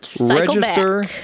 Register